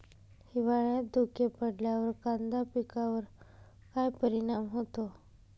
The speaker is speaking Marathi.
हिवाळ्यात धुके पडल्यावर कांदा पिकावर काय परिणाम होतो?